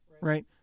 Right